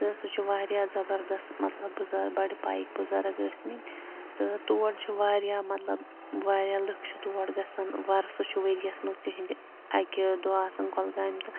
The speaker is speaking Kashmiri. تہٕ سُہ چھُ واریاہ زَبردست مطلب بُزَ بَڑٕ پایِکۍ بُزَرگ ٲسۍمٕتۍ تہٕ تور چھِ واریاہ مطلب واریاہ لٕکھ چھِ تور گژھان وۄرسہٕ چھُ ؤریَس منٛز تِہِنٛدِ اَکہِ دۄہ آسان کۄلگامہِ تہٕ